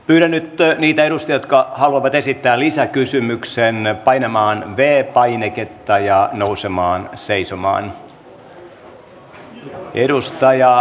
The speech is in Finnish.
pyydän nyt niitä edustajia jotka haluavat esittää lisäkysymyksen painamaan v painiketta ja nousemaan seisomaan